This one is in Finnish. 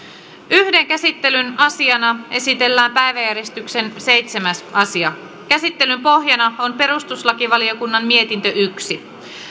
yhden käsittelyn asiana esitellään päiväjärjestyksen seitsemäs asia käsittelyn pohjana on perustuslakivaliokunnan mietintö yksi